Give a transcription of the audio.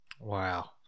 wow